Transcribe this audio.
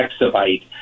exabyte